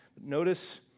Notice